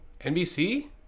NBC